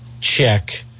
check